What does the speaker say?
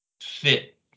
fit